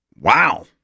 Wow